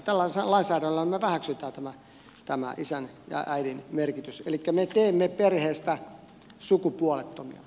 mutta tällaisella lainsäädännöllä me väheksymme tätä isän ja äidin merkitystä